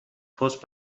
پست